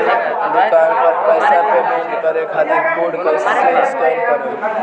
दूकान पर पैसा पेमेंट करे खातिर कोड कैसे स्कैन करेम?